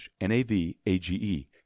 N-A-V-A-G-E